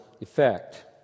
effect